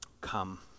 come